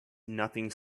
nothing